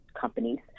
companies